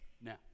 Now